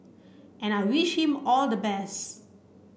and I wish him all the best